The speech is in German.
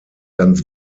ganz